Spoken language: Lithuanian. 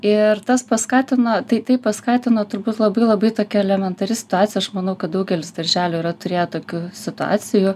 ir tas paskatino tai tai paskatino turbūt labai labai tokia elementari situacija aš manau kad daugelis darželių yra turėję tokių situacijų